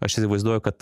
aš įsivaizduoju kad